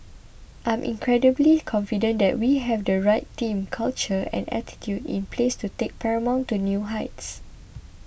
I'm incredibly confident that we have the right team culture and attitude in place to take Paramount to new heights